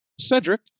Cedric